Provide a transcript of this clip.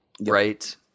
right